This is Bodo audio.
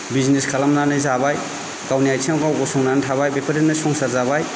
बिजनेस खालामनानै जाबाय गावनि आथिंआव गाव गसंनानै थाबाय बेफोरजोंनो संसार जाबाय